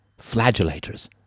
flagellators